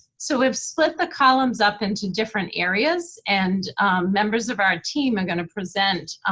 so, we've split the columns up into different areas and members of our team are gonna present